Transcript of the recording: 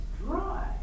dry